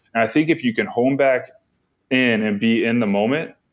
i think if you can hone back in and be in the moment,